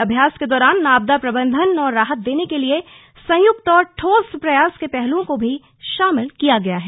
अभ्यास के दौरान आपदा प्रबंधन और राहत देने के लिए संयुक्त और ठोस प्रयास के पहलूओं को भी शामिल किया गया है